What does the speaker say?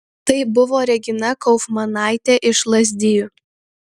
tai buvo regina kaufmanaitė iš lazdijų